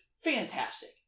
fantastic